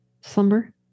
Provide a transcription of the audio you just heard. slumber